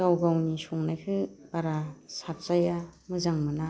गाव गावनि संनायखौ बारा साबजाया मोजां मोना